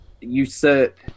usurp